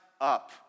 up